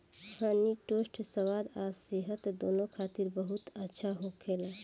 हनी toast स्वाद आ सेहत दूनो खातिर बहुत अच्छा होखेला